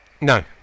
No